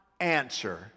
answer